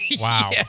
Wow